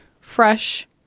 fresh